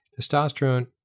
testosterone